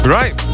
right